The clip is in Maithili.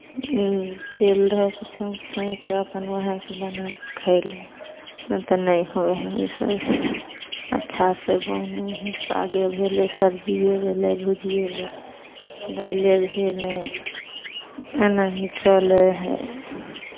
तेल धऽ कऽ छौँक छाँकि कऽ अपन उएहसँ बना कऽ खयलहुँ नहि तऽ नहि होइ हइ ओहि सभसँ अच्छासँ बनै हइ सागे भेले सबजिए भेलै भुजिए भेलै दालिए भेलै एना ही चलै हइ